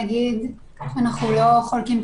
לא הטלנו חיסיון,